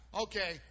Okay